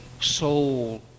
soul